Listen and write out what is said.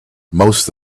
most